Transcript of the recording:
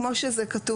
--- נבחר שם שאינו